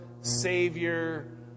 Savior